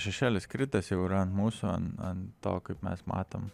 šešėlis kritęs jau yra ant mūsų ant to kaip mes matom